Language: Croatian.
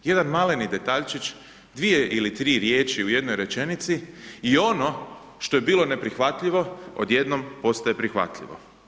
Jedan maleni detaljčić, dvije ili tri riječi u jednoj rečenici i ono što je bilo neprihvatljivo odjednom postaje prihvatljivo.